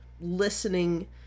listening